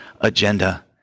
agenda